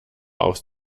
aufs